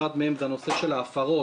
אחת מהן זה הנושא של ההפרות.